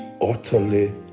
utterly